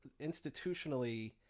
institutionally